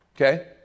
okay